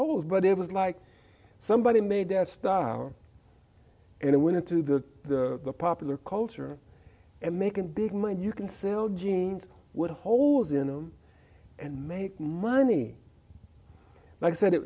holes but it was like somebody made a star and it went into the popular culture and making big money you can sell jeans with holes in them and make money like i said i